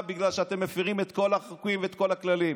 בגלל שאתם מפירים את כל החוקים ואת כל הכללים.